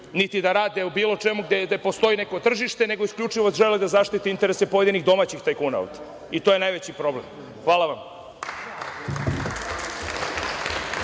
niti da rade u bilo čemu gde postoji neko tržište, nego isključivo žele da zaštite interese pojedinih domaćih tajkuna ovde, i to je najveći problem. Hvala